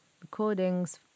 recordings